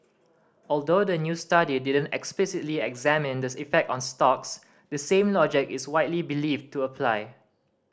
although the new study didn't explicitly examine in the effect on stocks the same logic is widely believed to apply